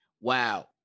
wow